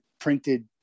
printed